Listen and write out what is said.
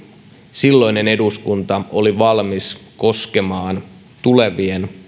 silloinen eduskunta oli valmis koskemaan tulevien